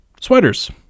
sweaters